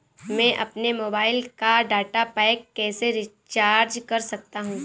मैं अपने मोबाइल का डाटा पैक कैसे रीचार्ज कर सकता हूँ?